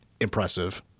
impressive